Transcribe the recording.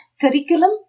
curriculum